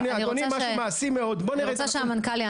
אני רוצה שהמנכ"ל יענה לך.